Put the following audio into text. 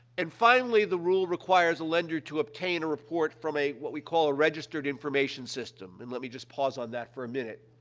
and, finally, the rule requires a lender to obtain a report from a what we call a registered information system, and let me just pause on that for a minute.